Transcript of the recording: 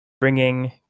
bringing